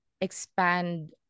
expand